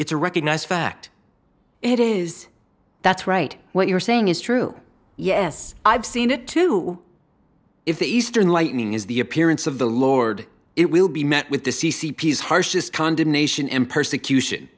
it's a recognized fact it is that's right what you're saying is true yes i've seen it too if the eastern lightning is the appearance of the lord it will be met with the c c p is harshest condemnation in persecution